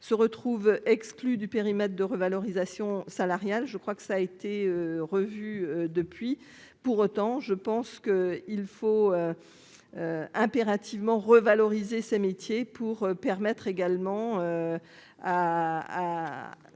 se retrouvent exclus du périmètre de revalorisation salariale, je crois que ça a été revu depuis, pour autant, je pense qu'il faut impérativement revaloriser ces métiers pour permettre également à